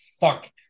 fuck